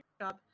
job